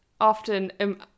often